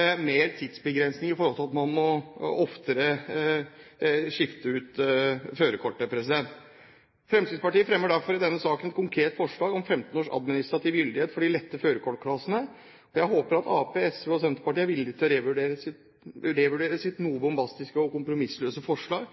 en mer tidsbegrensning, fordi man oftere må skifte ut førerkortet. Fremskrittspartiet fremmer derfor i denne saken et konkret forslag om 15 års administrativ gyldighet for de lette førerkortklassene, og jeg håper at Arbeiderpartiet, SV og Senterpartiet er villig til å revurdere sitt noe bombastiske og kompromissløse forslag,